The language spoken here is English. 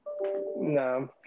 No